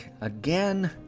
again